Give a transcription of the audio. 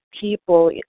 people